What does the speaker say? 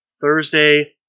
Thursday